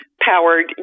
powered